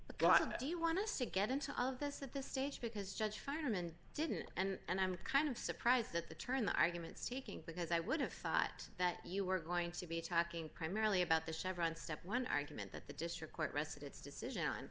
do you want to get into of this at this stage because judge feinerman didn't and i'm kind of surprised at the turn the arguments taking because i would have thought that you were going to be talking primarily about the chevron step one argument that the district court rested its decision